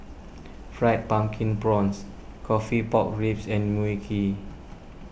Fried Pumpkin Prawns Coffee Pork Ribs and Mui Kee